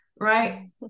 right